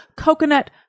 coconut